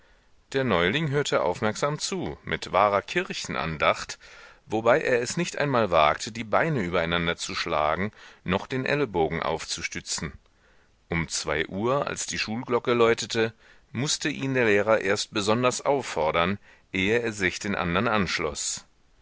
der neuling hörte aufmerksamst zu mit wahrer kirchenandacht wobei er es nicht einmal wagte die beine übereinander zu schlagen noch den ellenbogen aufzustützen um zwei uhr als die schulglocke läutete mußte ihn der lehrer erst besonders auffordern ehe er sich den andern anschloß